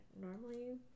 normally